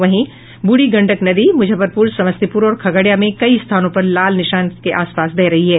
वहीं ब्रूढ़ी गंडक नदी मुजफ्फरपुर समस्तीपुर और खगड़िया में कई स्थानों पर लाल निशान के आसपास बह रही है